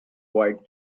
wide